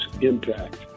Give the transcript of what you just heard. impact